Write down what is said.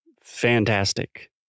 fantastic